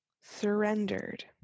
surrendered